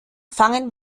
fangen